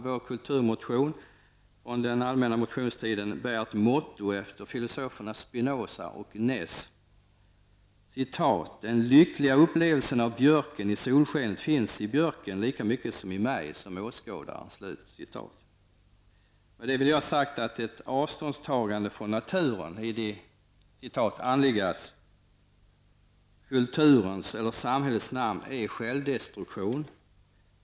Vår kulturmotion från den allmänna motionstiden har ett motto som anknyter till filosoferna Spinoza och Naess: ''Den lyckliga upplevelsen av björken i solskenet finns i björken lika mycket som i mig som åskådare.'' Med detta vill jag ha sagt att det är en självdestruktion att ta avstånd från naturen i det ''andligas'', ''kulturens'' eller ''samhällets'' namn.